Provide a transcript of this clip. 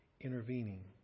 intervening